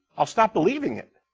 i'll stop believing it.